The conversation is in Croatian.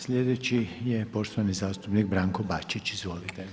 Sljedeći je poštovani zastupnik Branko Bačić, izvolite.